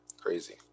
Crazy